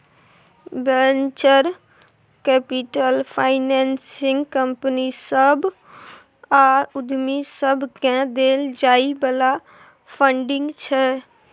venture capital financing company सभ आ उद्यमी सबकेँ देल जाइ बला फंडिंग छै